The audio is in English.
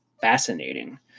fascinating